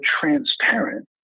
transparent